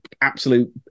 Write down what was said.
absolute